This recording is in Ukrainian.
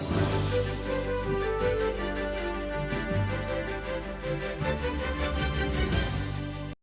Дякую